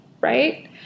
right